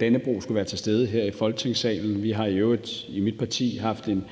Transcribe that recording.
Dannebrog skulle være til stede her i Folketingssalen. Vi har i øvrigt i mit parti haft en